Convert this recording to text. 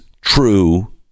true